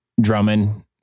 Drummond